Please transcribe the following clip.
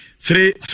three